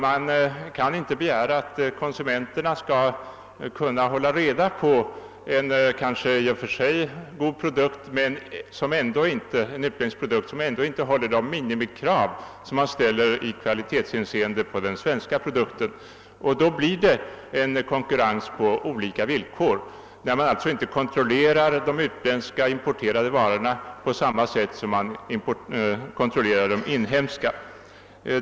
Man kan inte begära att konsumenterna skall kunna hålla reda på att en kanske i och för sig godtagbar utländsk produkt ändå inte uppfyller de minimikrav i kvalitetshänsceende som ställs på svenska produkter. Det blir en konkurrens på olika villkor när de importerade utländska varorna inte kontrolleras på samma sätt som de inhemska.